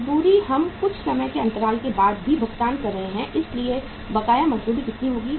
मजदूरी हम कुछ समय के अंतराल के बाद भी भुगतान कर रहे हैं इसलिए बकाया मजदूरी कितनी होगी